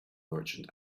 merchant